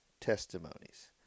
testimonies